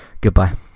goodbye